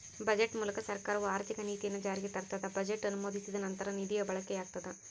budget ಮೂಲಕ ಸರ್ಕಾರವು ಆರ್ಥಿಕ ನೀತಿಯನ್ನು ಜಾರಿಗೆ ತರ್ತದ ಬಜೆಟ್ ಅನುಮೋದಿಸಿದ ನಂತರ ನಿಧಿಯ ಬಳಕೆಯಾಗ್ತದ